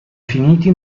finiti